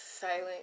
silent